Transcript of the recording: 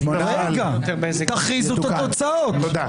נפל.